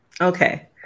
Okay